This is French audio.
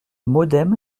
modem